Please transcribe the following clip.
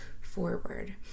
forward